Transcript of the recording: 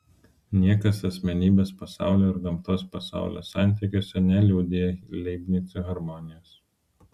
niekas asmenybės pasaulio ir gamtos pasaulio santykiuose neliudija leibnico harmonijos